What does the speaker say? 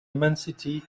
immensity